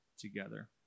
together